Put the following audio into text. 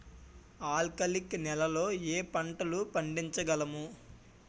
ఆల్కాలిక్ నెలలో ఏ పంటలు పండించగలము?